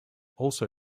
also